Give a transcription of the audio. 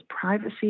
privacy